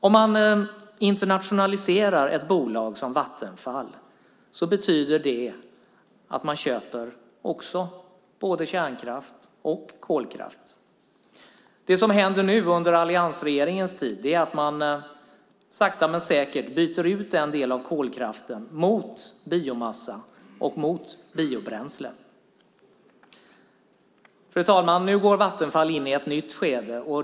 Om man internationaliserar ett bolag som Vattenfall betyder det att man också köper både kärnkraft och kolkraft. Det som händer under alliansregeringens tid är att man sakta men säkert byter ut en del av kolkraften mot biomassa och biobränsle. Fru talman! Nu går Vattenfall in i ett nytt skede.